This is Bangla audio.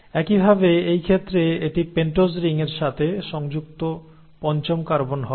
একইভাবে এই ক্ষেত্রে এটি পেন্টোজ রিংয়ের সাথে সংযুক্ত পঞ্চম কার্বন হবে